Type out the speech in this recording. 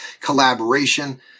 collaboration